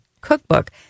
Cookbook